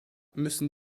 müssen